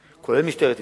פנים, כולל משטרת ישראל,